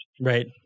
Right